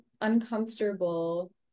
uncomfortable